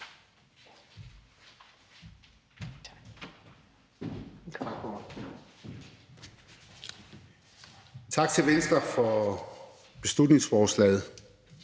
Tak til Venstre for beslutningsforslaget.